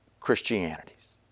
Christianities